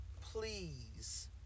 please